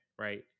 right